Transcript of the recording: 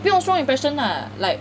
不用 strong impression lah like